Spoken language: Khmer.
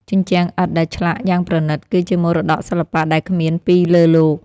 ជញ្ជាំងឥដ្ឋដែលឆ្លាក់យ៉ាងប្រណីត គឺជាមរតកសិល្បៈដែលគ្មានពីរលើលោក។